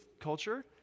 culture